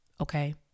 okay